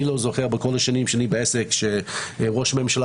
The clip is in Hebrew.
אני לא זוכר בכל השנים שלי שראש הממשלה